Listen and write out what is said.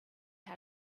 how